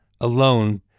alone